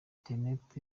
internet